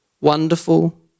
wonderful